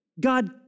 God